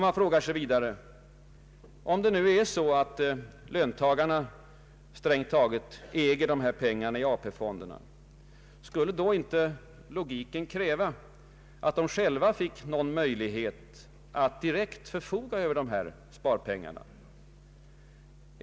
Man frågar sig vidare: Om det nu är så att löntagarna strängt taget äger dessa pengar i AP-fonderna, skulle då inte logiken kräva att de själva fick någon möjlighet att direkt förfoga över dessa sparmedel?